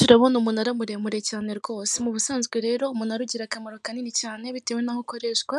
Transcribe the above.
Turabona umunara muremure cyane rwose mu ubusanzwe rero umunara ugira akakamaro kanini cyane bitewe n'aho ukoreshwa